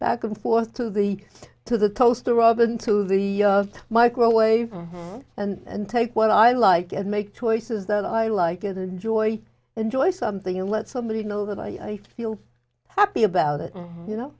back and forth to the to the toast the robin to the microwave and take what i like and make choices that i like it enjoy enjoy something and let somebody know that i feel happy about it you know